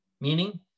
Meaning